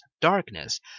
darkness